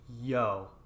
yo